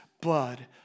blood